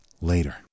later